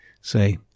say